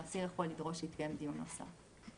האסיר יכול לדרוש שיתקיים דיון נוסף.